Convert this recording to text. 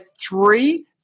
three